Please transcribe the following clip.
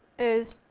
is